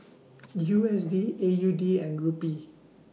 U S D A U D and Rupee